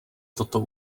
toto